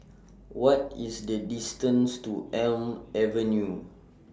What IS The distance to Elm Avenue